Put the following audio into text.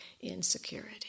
insecurity